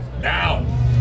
Now